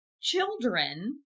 children